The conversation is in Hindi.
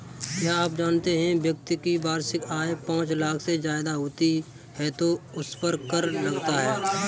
क्या आप जानते है व्यक्ति की वार्षिक आय पांच लाख से ज़्यादा होती है तो उसपर कर लगता है?